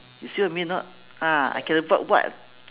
you see what I mean not ah I can avoid what